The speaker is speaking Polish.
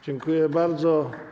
Dziękuję bardzo.